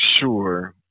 sure